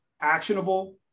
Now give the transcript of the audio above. actionable